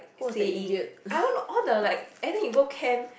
saying I don't know all the like everytime you go camp